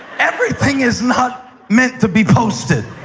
everything is not meant to be posted.